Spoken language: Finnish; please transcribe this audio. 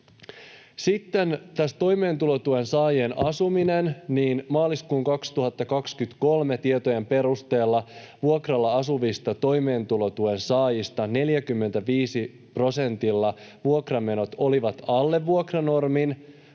Sitten toimeentulotuen saajien asuminen: Maaliskuun 2023 tietojen perusteella vuokralla asuvista toimeentulotuen saajista 45 prosentilla vuokramenot olivat alle vuokranormin,